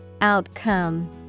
Outcome